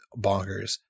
bonkers